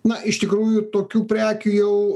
na iš tikrųjų tokių prekių jau